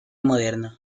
moderno